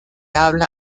habla